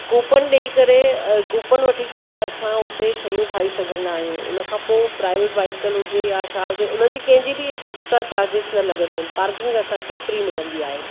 coupon ॾेई करे coupon वठी करे असां उते शयूं खाई सघंदा आहियूं उन खां पोइ प्राईवेट व्हाइकल हुजे या छा हुजे उन्हनि जी कंहिंजी बि एक्स्ट्रा चार्जेस न लॻंदियूं आहिनि पार्किंग असांखे फ्री मिलंदी आहे